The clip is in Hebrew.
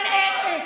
אם את,